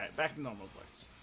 back to normal once